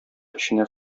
эченә